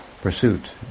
pursuit